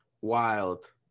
wild